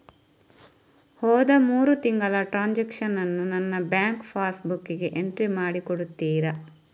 ಹೋದ ಮೂರು ತಿಂಗಳ ಟ್ರಾನ್ಸಾಕ್ಷನನ್ನು ನನ್ನ ಬ್ಯಾಂಕ್ ಪಾಸ್ ಬುಕ್ಕಿಗೆ ಎಂಟ್ರಿ ಮಾಡಿ ಕೊಡುತ್ತೀರಾ?